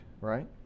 right